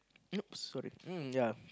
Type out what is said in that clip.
!oops! sorry mm ya